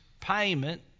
payment